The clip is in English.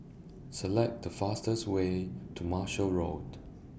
Select The fastest Way to Marshall Road